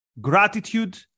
gratitude